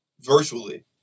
virtually